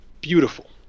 beautiful